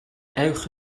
ewch